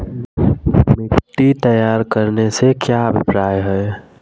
मिट्टी तैयार करने से क्या अभिप्राय है?